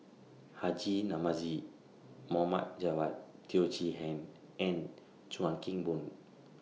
Haji Namazie Mohd Javad Teo Chee Hean and Chuan Keng Boon